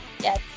Yes